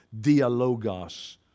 Dialogos